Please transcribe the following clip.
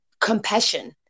compassion